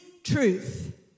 truth